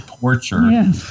Torture